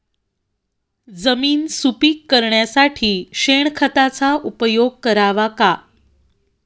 जमीन सुपीक करण्यासाठी शेणखताचा उपयोग करावा का?